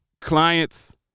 clients